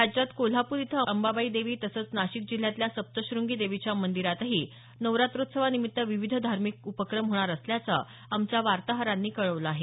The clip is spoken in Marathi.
राज्यात कोल्हापूर इथं अंबाबाई देवी तसंच नाशिक जिल्ह्यातल्या सप्तशंगी देवीच्या मंदिरातही नवरात्रोत्सवानिमित्त विविध धार्मिक उपक्रम होणार असल्याचं आमच्या वार्ताहरांनी कळवलं आहे